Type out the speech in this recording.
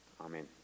Amen